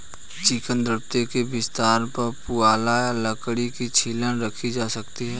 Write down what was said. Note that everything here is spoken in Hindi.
चिकन दड़बे के बिस्तर पर पुआल या लकड़ी की छीलन रखी जा सकती है